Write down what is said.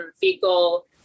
fecal